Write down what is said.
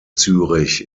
zürich